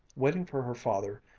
waiting for her father,